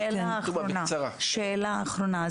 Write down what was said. שאלה אחרונה.